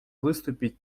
выступить